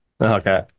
Okay